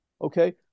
okay